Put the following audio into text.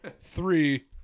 three